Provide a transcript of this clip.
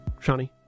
Shani